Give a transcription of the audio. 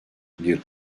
bir